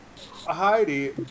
heidi